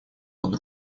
под